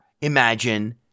imagine